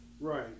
Right